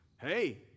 hey